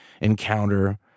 encounter